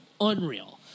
unreal